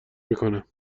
میکنم